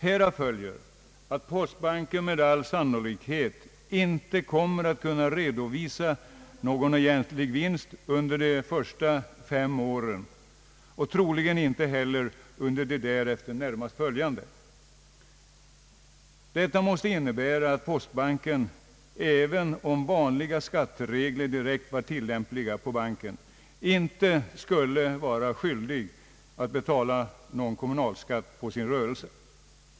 Härav följer att postbanken med all sannolikhet inte kommer att kunna redovisa någon egentlig vinst under de fem första verksamhetsåren och troligen inte heller under de därefter närmast följande. Detta innebär att postbanken, även om vanliga skatteregler vore direkt tillämpliga på banken, inte skulle vara skyldig betala någon kommunalskatt på sin rörelse.